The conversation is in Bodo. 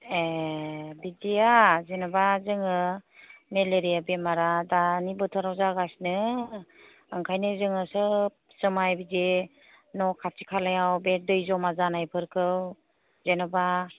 ए बिदिया जेनेबा जोङो मेलेरिया बेरामा दानि बोथोराव जागासिनो बेनिखायनो जोङो सोब समाय बिदि न' खाथि खालायाव बे दै जमा जानायफोरखौ जेनेबा